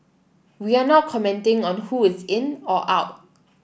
we are not commenting on who is in or out